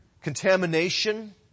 contamination